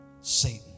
Satan